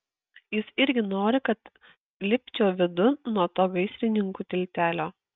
jis irgi nori kad lipčiau vidun nuo to gaisrininkų tiltelio